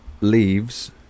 leaves